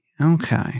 Okay